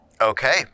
Okay